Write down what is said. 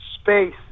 space